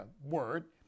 word